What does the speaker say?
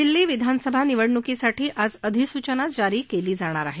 दिल्ली विधानसभा निवडणुकीसाठी आज अधिसूचना जारी केली जाणार आहे